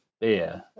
beer